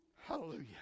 Hallelujah